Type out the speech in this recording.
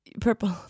Purple